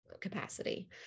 capacity